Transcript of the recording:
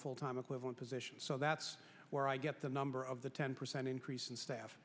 full time equivalent positions so that's where i get the number of the ten percent increase in staff